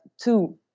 two